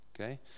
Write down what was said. okay